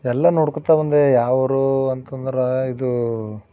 ಎಲ್ಲ ನೋಡ್ಕೊಳ್ತಾ ಬಂದೆ ಯಾವ ಊರು ಅಂತಂದ್ರೆ ಇದು